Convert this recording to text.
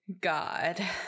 God